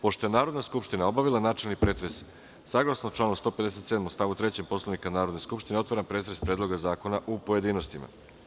Pošto je Narodna skupština obavila načelni pretres, saglasno članu 157. stav 3. Poslovnika Narodne skupštine otvaram pretres Predloga zakona u pojedinostima.